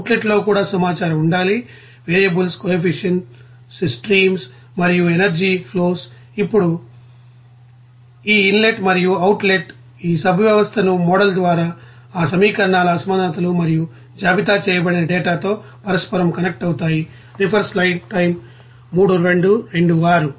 అవుట్లెట్లో కూడా సమాచారం ఉండాలి వేరియబుల్స్ కోఎఫిసిఎంట్ స్ట్రీమ్స్ మరియు ఎనర్జీ ఫ్లోస్ ఇప్పుడు ఈ ఇన్లెట్ మరియు అవుట్లెట్ ఈ సబ్సిస్టమ్ మోడల్ ద్వారా ఆ సమీకరణాల అసమానతలు మరియు జాబితా చేయబడిన డేటాతో పరస్పరం కనెక్ట్ అవుతాయి